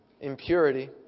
impurity